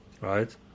right